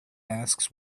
masks